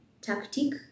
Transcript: tactic